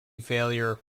failure